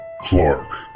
Clark